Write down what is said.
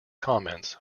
comments